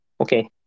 okay